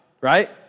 right